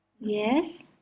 yes